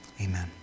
Amen